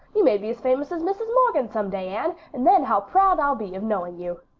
you may be as famous as mrs. morgan some day, anne, and then how proud i'll be of knowing you,